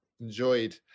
enjoyed